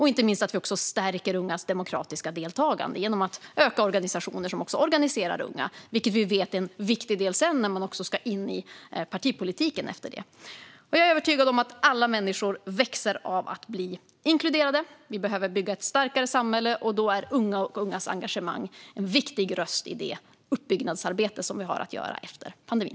Inte minst stärker vi också ungas demokratiska deltagande genom att öka stödet till organisationer som organiserar unga, vilket vi vet är en viktig del när man sedan ska in i partipolitiken. Jag är övertygad om att alla människor växer av att bli inkluderade. Vi behöver bygga ett starkare samhälle, och då är unga och ungas engagemang en viktig röst i det uppbyggnadsarbete som vi har att göra efter pandemin.